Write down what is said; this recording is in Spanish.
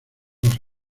los